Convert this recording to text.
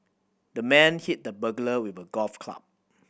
the man hit the burglar with a golf club